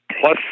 plus